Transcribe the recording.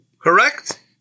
Correct